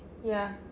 ya